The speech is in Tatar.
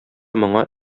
моңа